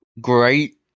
Great